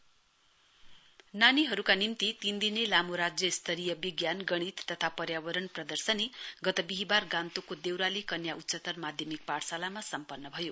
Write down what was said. SLSSE नानीहरुका निम्ति तीन दिने लामो राज्य स्तरीय विज्ञान गणित तथा पर्यावरण प्रदर्शनी गत विहीवार गान्तोकको देउराली कन्या उच्चतर माध्यमिक पाठशालामा सम्पन्न भयो